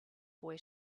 boy